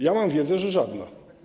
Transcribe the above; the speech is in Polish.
Ja mam wiedzę, że żadna.